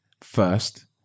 first